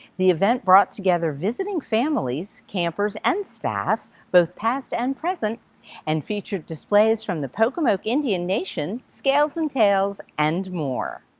the event brought together visiting families, campers, and staff both past and present and featured displays from the pocomoke indian nation, scales and tales and more.